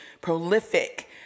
prolific